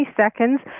seconds